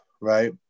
Right